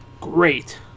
great